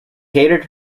hated